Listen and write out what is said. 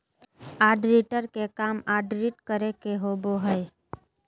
auditor के काम audit करे के होबो हइ